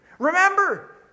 Remember